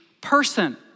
person